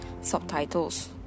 subtitles